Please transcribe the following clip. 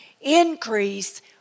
Increase